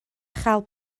chael